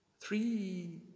three